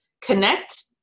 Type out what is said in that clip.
connect